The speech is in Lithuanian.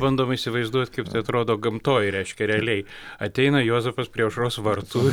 bandom įsivaizduot kaip tai atrodo gamtoj reiškia realiai ateina juozapas prie aušros vartų